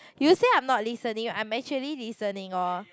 you say I'm not listening I'm actually listening orh